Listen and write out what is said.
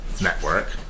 network